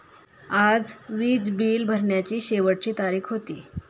आज वीज बिल भरण्याची शेवटची तारीख होती